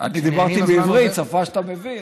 אני דיברתי בעברית, שפה שאתה מבין.